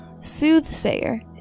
soothsayer